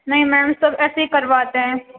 نہیں میم سب ایسے ہی کرواتے ہیں